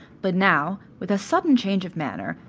but now, with a sudden change of manner,